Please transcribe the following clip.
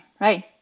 right